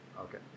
Okay